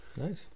Nice